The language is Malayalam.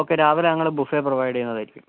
ഓക്കെ രാവിലെ ഞങ്ങൾ ബുഫേ പ്രൊവൈഡ് ചെയ്യുന്നതായിരിക്കും